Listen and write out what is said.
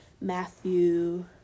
Matthew